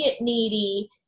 needy